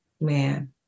Man